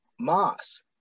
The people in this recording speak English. moss